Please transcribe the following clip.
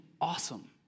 awesome